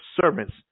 servants